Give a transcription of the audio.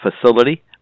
facility